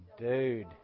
dude